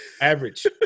Average